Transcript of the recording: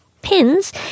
pins